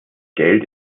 geld